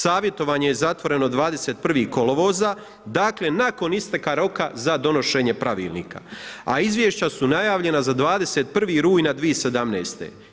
Savjetovanje je zatvoreno 21. kolovoza, dakle nakon isteka roka za donošenje pravilnika, a izvješća su najavljena za 21. rujna 2017.